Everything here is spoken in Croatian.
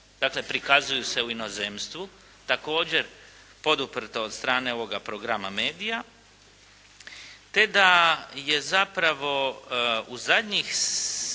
dakle prikazuju se u inozemstvu također poduprto od stran ovoga programa Media te da je zapravo u zadnjih, da